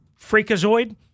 freakazoid